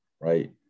right